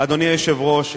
אדוני היושב-ראש,